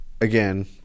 again